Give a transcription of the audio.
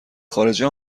خارجه